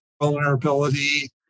vulnerability